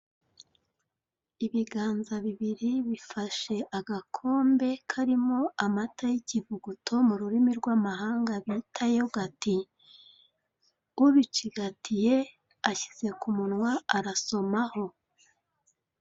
Ibiganza bibiri bifashe agakombe karimo amata y'ikivuguto mu rurimi rw'amahanga bita yogati. Ubicigatiye ashyize ku munwa, arasomaho.